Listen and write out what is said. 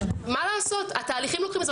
מה לעשות, התהליכים לוקחים זמן